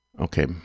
Okay